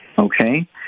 okay